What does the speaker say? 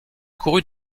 courut